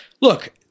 look—